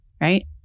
Right